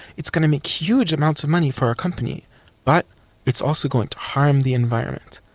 it's going to make huge amounts of money for our company but it's also going to harm the environment.